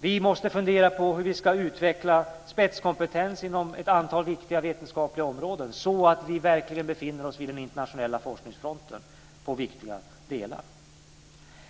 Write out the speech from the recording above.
Vi måste fundera på hur vi ska utveckla spetskompetens inom ett antal viktiga vetenskapliga områden så att vi verkligen befinner oss vid den internationella forskningsfronten när det gäller viktiga delar.